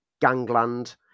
gangland